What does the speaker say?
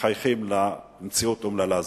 מחייכים במציאות אומללה זו.